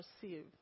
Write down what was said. perceive